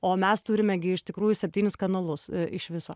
o mes turime gi iš tikrųjų septynis kanalus iš viso